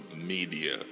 media